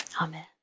Amen